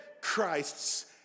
Christ's